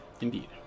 indeed